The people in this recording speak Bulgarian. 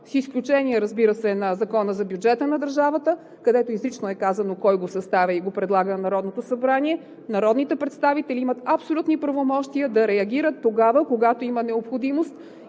с изключение, разбира се, на Закона за бюджета на държавата, където изрично е казано кой го съставя и го предлага на Народното събрание. Народните представители имат абсолютни правомощия да реагират тогава, когато има необходимост